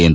N